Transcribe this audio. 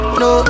no